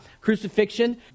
crucifixion